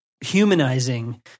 humanizing